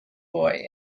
boy